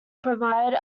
provide